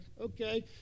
okay